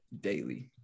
daily